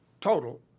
total